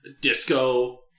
disco